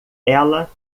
ela